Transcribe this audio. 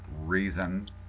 reason